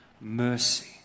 mercy